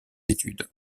études